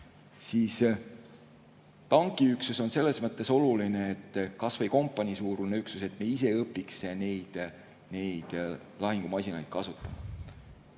edasi. Tankiüksus on selles mõttes oluline, kas või kompaniisuurune üksus, et me õpiks neid lahingumasinaid ise kasutama.